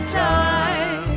time